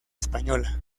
española